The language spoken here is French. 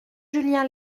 julien